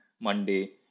Monday